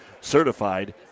Certified